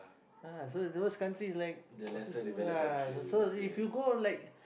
ah so those countries like ah also if you go like